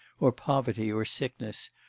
or poverty or sickness,